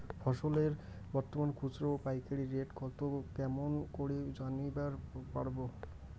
ফসলের বর্তমান খুচরা ও পাইকারি রেট কতো কেমন করি জানিবার পারবো?